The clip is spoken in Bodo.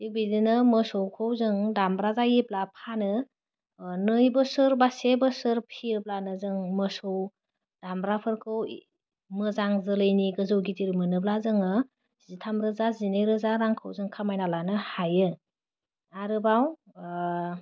बेबायदिनो मोसौखौ जों दामब्रा जायोब्ला फानो ओह नै बोसोर बा से बोसोर फियोब्लानो जों मोसौ दामब्राफोरखौ मोजां जोलैनि गोजौ गिदिर मोनोब्ला जोङो जिथाम रोजा जिनैरोजा रांखौ जों खामायना लानो हायो आरोबाव ओह